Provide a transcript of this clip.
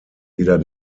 wieder